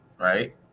right